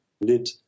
lit